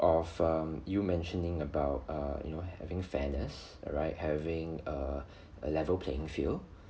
of um you mentioning about err you know having fairness alright having a a level playing field